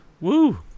Woo